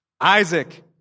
Isaac